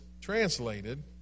translated